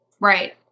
right